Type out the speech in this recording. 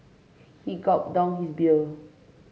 he gulped down his beer